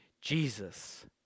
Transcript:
Jesus